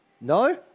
No